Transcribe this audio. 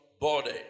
body